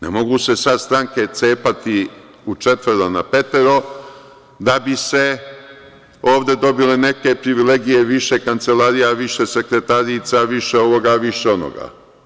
Ne mogu se sad stranke cepati na četvoro, petoro, da bi se ovde dobili neke privilegije više, kancelarija više, sekretarica više, više onoga, više ovoga.